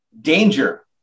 danger